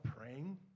praying